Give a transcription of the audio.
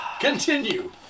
Continue